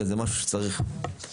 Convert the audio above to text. אלא זה משהו שצריך להתווסף.